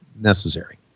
necessary